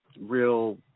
real